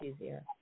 easier